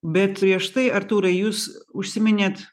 bet prieš tai artūrai jūs užsiminėt